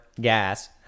gas